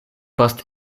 post